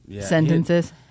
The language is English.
Sentences